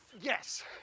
Yes